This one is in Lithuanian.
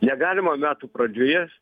negalima metų pradžioje